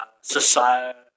society